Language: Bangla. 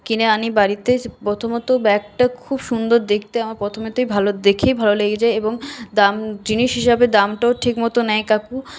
কিনে আনি বাড়িতে প্রথমত ব্যাগটা খুব সুন্দর দেখতে আমার প্রথমেতেই দেখেই ভালো লেগে যায় এবং দাম জিনিস হিসেবে দামটাও ঠিক মতো নেয় কাকু